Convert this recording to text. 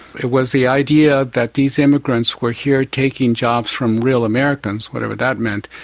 it was the idea that these immigrants were here taking jobs from real americans, whatever that meant.